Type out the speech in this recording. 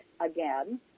again